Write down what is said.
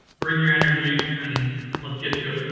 bring your energy and let's get to it.